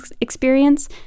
experience